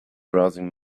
browsing